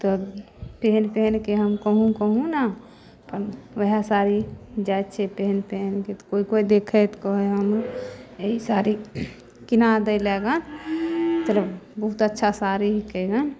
तब पेहिन पेहिनके हम कहूँ कहूँ ने अपन वएह साड़ी जाइ छियै पेहिन पेहिनके तऽ कोइ कोइ देखै है तऽ कहै है हमहूँ एहि साड़ी किना दै लए ग चलब बहुत अच्छा साड़ीके रङ्ग